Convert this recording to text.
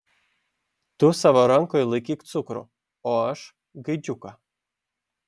tu savo rankoje laikyk cukrų o aš gaidžiuką